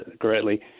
correctly